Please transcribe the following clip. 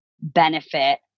benefit